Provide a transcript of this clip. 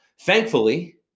Thankfully